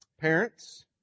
parents